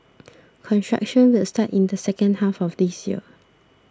construction will start in the second half of this year